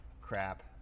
Crap